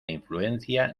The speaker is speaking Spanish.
influencia